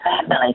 family